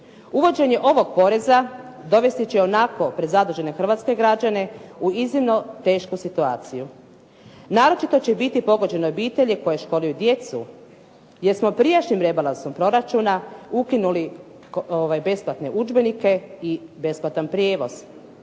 Uvođenje ovog poreza, dovesti će i onako prezadužene hrvatske građane u iznimno tešku situaciju. Naročito će biti pogođene obitelji koji školuju djecu, jer smo prijašnjim rebalansom proračuna ukinuli besplatne udžbenike i besplatan prijevoz.